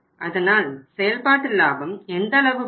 அதனால் செயல்பாட்டு லாபம் எந்த அளவு பாதிக்கும்